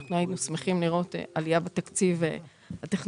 אנחנו היינו שמחים לראות עלייה בתקציב הטכנולוגי,